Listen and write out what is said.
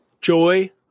Joy